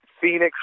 Phoenix